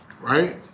Right